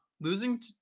losing